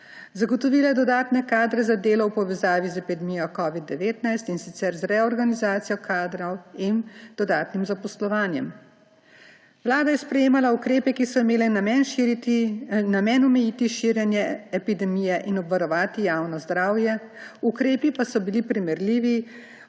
Zagotovila je dodatne kadre za delo v povezavi z epidemijo covida-19, in sicer z reorganizacijo kadrov in dodatnim zaposlovanjem. Vlada je sprejemala ukrepe, ki so imeli namen omejiti širjenje epidemije in obvarovati javno zdravje, ukrepi pa so bili primerljivi